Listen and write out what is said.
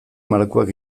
malkoak